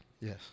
Yes